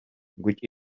which